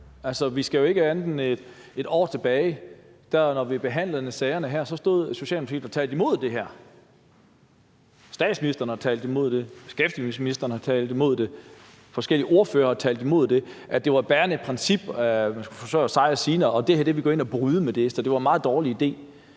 vi skal jo ikke mere end et år tilbage, hvor det var sådan, at når vi behandlede sagerne her, stod Socialdemokratiet og talte imod det her – statsministeren talte imod det, beskæftigelsesministeren talte imod det, forskellige ordførere talte imod det – og sagde, at det var et bærende princip, at man skulle forsørge sig og sine, og at det her ville gå ind og bryde med det, så det var en meget dårlig idé.